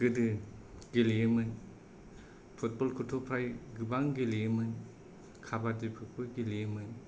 गोदो गेलेयोमोन फुटबल खौथ' फ्राय गेलेयोमोन खाबादिफोरखौबो गेलेयोमोन